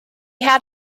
had